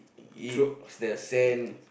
it the sand